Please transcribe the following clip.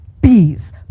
Bees